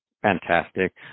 Fantastic